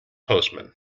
postman